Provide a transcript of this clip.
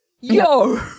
yo